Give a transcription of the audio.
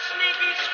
Sneaky